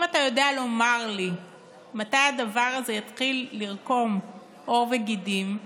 אם אתה יודע לומר לי מתי הדבר הזה יתחיל לקרום עור וגידים,